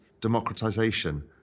democratization